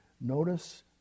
notice